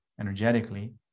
energetically